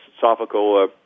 philosophical